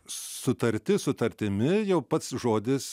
sutartis sutartimi jau pats žodis